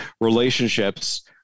relationships